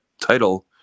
title